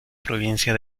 provincia